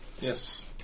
Yes